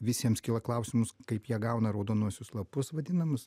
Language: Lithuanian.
visiems kyla klausimas kaip jie gauna raudonuosius lapus vadinamus